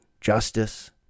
justice